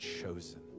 chosen